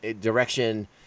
direction